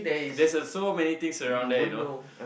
there's a so many things around there you know